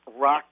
rock